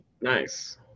Nice